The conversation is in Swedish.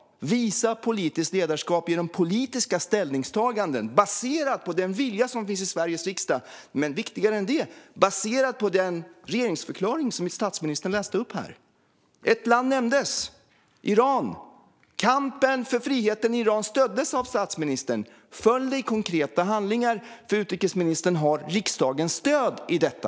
Visa politiskt ledarskap genom politiska ställningstaganden baserat på den vilja som finns i Sveriges riksdag, eller ännu viktigare, baserat på den regeringsförklaring som statsministern läste upp här. Ett land nämndes: Iran. Kampen för friheten i Iran stöddes av statsministern. Följ det i konkreta handlingar! Utrikesministern har riksdagens stöd i detta.